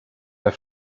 der